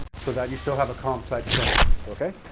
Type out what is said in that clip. so that you still have a complex sentence. okay?